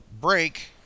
Break